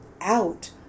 out